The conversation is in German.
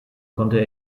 konnte